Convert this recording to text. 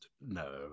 No